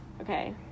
okay